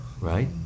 right